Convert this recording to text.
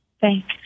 thanks